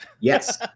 Yes